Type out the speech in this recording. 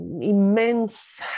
immense